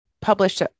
published